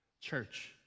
Church